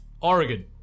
Oregon